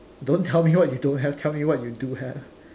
don't tell me what you don't have tell me what you do have